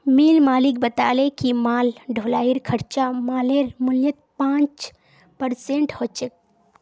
मिल मालिक बताले कि माल ढुलाईर खर्चा मालेर मूल्यत पाँच परसेंट ह छेक